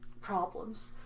problems